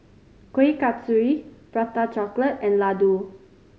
Kuih Kasturi Prata Chocolate and laddu